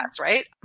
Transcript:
right